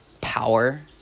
power